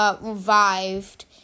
Revived